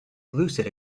lucid